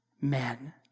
men